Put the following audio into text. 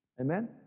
Amen